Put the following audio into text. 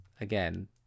again